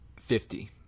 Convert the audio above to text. Fifty